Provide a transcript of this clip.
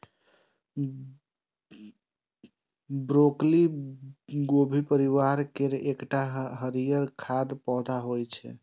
broccoli गोभी परिवार केर एकटा हरियर खाद्य पौधा होइ छै